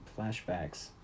flashbacks